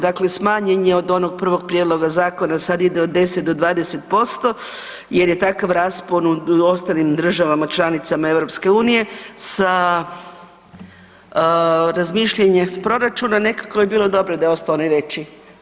Dakle smanjen je od onog prvog Prijedloga zakona sada ide od 10 do 20% jer je takav raspon u ostalim državama članicama Europske unije sa razmišljanja proračuna nekako bi bilo dobro da je ostao onaj veći.